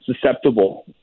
susceptible